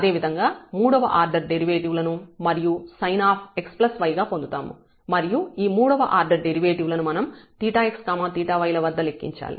అదేవిధంగా మూడవ order derivative లను మరలా sinx y గా పొందుతాము మరియు ఈ మూడవ ఆర్డర్ డెరివేటివ్ లను మనం 𝜃x 𝜃y వద్ద లెక్కించాలి